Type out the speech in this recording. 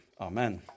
amen